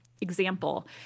example